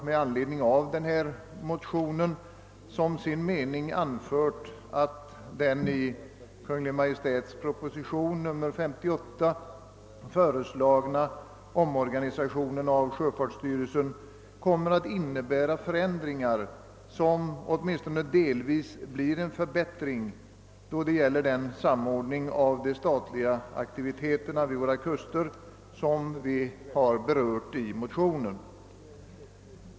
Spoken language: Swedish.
Med anledning av denna motion har statsutskottet som sin mening anfört att den i Kungl. Maj:ts proposition nr 58 föreslagna omorganisationen av sjöfartsstyrelsen kommer att innebära förändringar som åtminstone delvis blir en förbättring då det gäller de statliga aktiviteterna vid våra kuster, som vi också har berört i motionen.